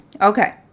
okay